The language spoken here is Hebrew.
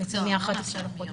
מ-11 לחודש.